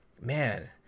man